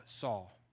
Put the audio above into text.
Saul